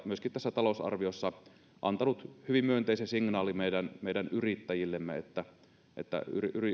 myöskin tässä talousarviossaan antanut hyvin myönteisen signaalin meidän meidän yrittäjillemme että että